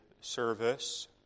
service